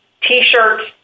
t-shirts